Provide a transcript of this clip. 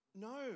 no